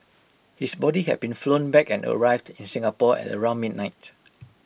his body had been flown back and arrived in Singapore at around midnight